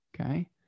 Okay